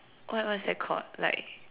what what's that called like